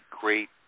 great